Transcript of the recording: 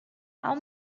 how